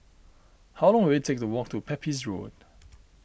how long will it take to walk to Pepys Road